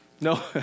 No